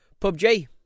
PUBG